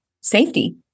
safety